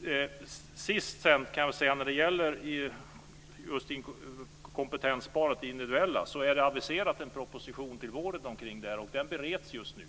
Till sist kan jag säga något om just det individuella kompetenssparandet. En proposition om det är aviserad till våren. Den bereds just nu.